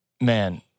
man